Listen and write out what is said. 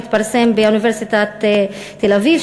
שהתפרסם באוניברסיטת תל-אביב,